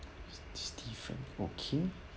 steven okay